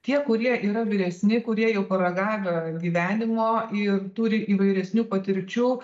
tie kurie yra vyresni kurie jau paragavę gyvenimo ir turi įvairesnių patirčių